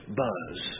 buzz